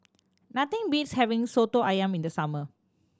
nothing beats having Soto Ayam in the summer